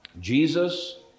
jesus